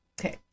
Okay